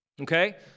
Okay